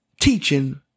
Teaching